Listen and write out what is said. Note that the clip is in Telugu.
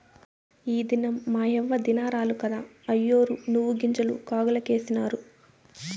ఈ దినం మాయవ్వ దినారాలు కదా, అయ్యోరు నువ్వుగింజలు కాగులకేసినారు